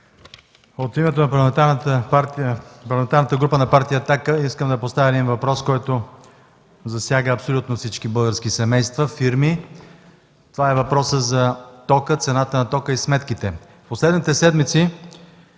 От името на Парламентарната група на партия „Атака” искам да поставя един въпрос, който засяга абсолютно всички български семейства, фирми. Това е въпросът за цената на тока и сметките. Последните седмици